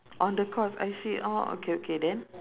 on the course I see oh okay okay than